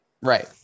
Right